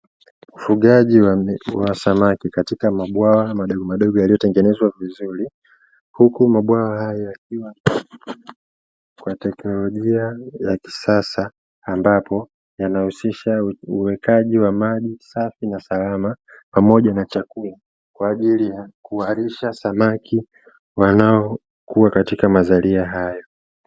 Ufugaji wa samaki katika mabwawa madogo madogo yaliyo tengenezwa vizuri, huku mabwawa hayo yakiwa kwa teknolojia ya kisasa ambapo yana husisha uwekaji wa maji safi sana salama pamoja na chakula kwa ajili kuwalisha samaki wanaokua katika mazalia hayo.